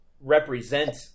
represent